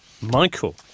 Michael